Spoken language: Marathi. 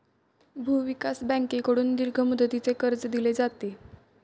भूविकास बँकेकडून दीर्घ मुदतीचे कर्ज दिले जाते